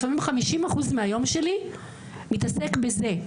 לפעמים 50 אחוז מהיום שלי מתעסק בזה.